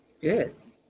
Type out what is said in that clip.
Yes